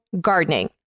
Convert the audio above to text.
gardening